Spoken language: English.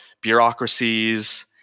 bureaucracies